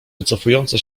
wycofujące